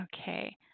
Okay